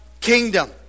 kingdom